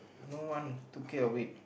no one took care of it